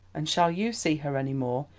and shall you see her any more?